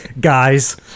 guys